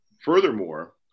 Furthermore